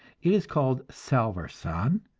it is called salvarsan,